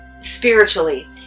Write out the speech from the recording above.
spiritually